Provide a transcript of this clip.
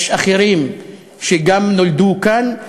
יש אחרים שגם נולדו כאן,